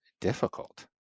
difficult